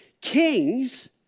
Kings